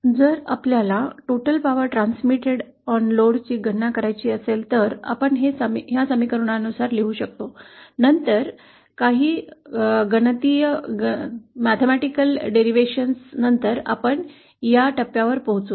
तर जर आपल्याला लोडवर प्रसारित होणार्या एकूण शक्तीची गणना करायची असेल तर आपण हे समीकरणानुसार लिहू आणि नंतर काही गणितीय व्युत्पन्ना नंतर आपण या टप्प्यावर पोहोचू